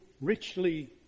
richly